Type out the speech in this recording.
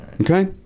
Okay